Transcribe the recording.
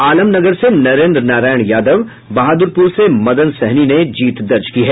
आलमनगर से नरेन्द्र नारायण यादव बहाद्रपूर से मदन सहनी ने जीत दर्ज की है